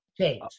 change